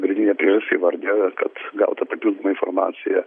pagrindinę priežastį įvardijo kad gautą papildomą informaciją